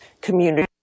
community